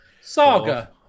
Saga